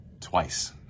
twice